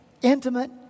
Intimate